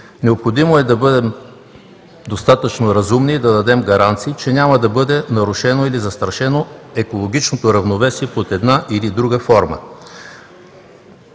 Необходимо е да бъдем достатъчно разумни и да дадем гаранции, че няма да бъде нарушено или застрашено екологичното равновесие под една или друга форма.